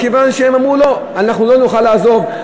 מכיוון שהם אמרו: לא, אנחנו לא נוכל לעזוב.